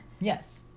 Yes